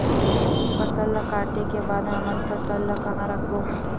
फसल ला काटे के बाद हमन फसल ल कहां रखबो?